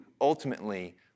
ultimately